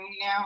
now